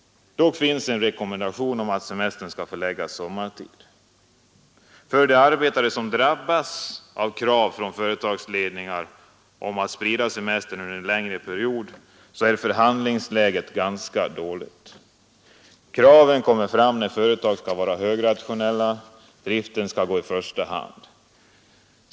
Dock finns en rekommendation om att semestern skall förläggas till sommartid. För de arbetare som drabbas av krav från företagsledningar om att sprida semestern under en längre period är förhandlingsläget ganska dåligt. Kraven kommer fram när företag skall vara högrationella. Driften skall gå i första hand.